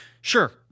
Sure